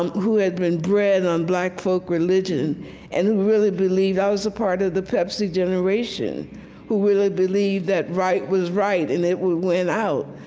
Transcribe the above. and who had been bred on black folk religion and who really believed i was a part of the pepsi generation who really believed that right was right, and it would win out.